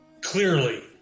Clearly